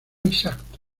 exacto